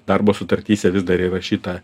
darbo sutartyse vis dar įrašyta